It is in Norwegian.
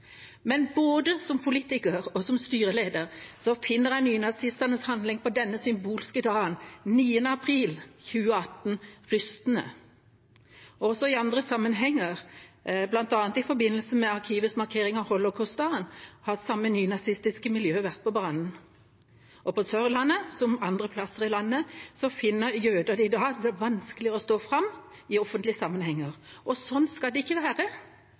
Men både som politiker og som styreleder finner jeg nynazistenes handling på denne symbolske dagen, 9. april 2018, rystende. Også i andre sammenhenger, bl.a. i forbindelse med Arkivets markering av Holocaust-dagen, har samme nynazistiske miljø vært på banen, og på Sørlandet, som andre plasser i landet, finner jøder det i dag vanskelig å stå fram i offentlige sammenhenger. Sånn skal det ikke være.